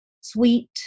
sweet